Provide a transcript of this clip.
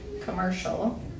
commercial